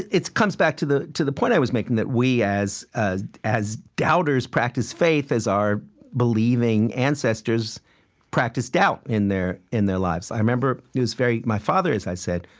it comes back to the to the point i was making, that we as as doubters practice faith as our believing ancestors practiced doubt in their in their lives. i remember it was very my father, as i said,